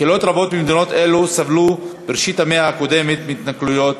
קהילות רבות במדינות אלו סבלו בראשית המאה הקודמת מהתנכלויות,